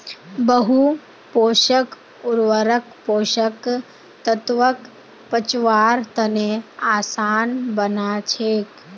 बहु पोषक उर्वरक पोषक तत्वक पचव्वार तने आसान बना छेक